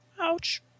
Ouch